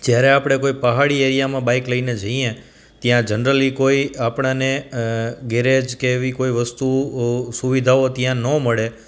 જ્યારે આપણે કોઈ પહાડી એરિયામાં બાઇક લઈને જઈએ ત્યાં જનરલી કોઈ આપણને ગેરેજ કે એવી કોઈ વસ્તુ સુવિધાઓ ત્યાં ન મળે